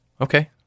okay